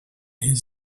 his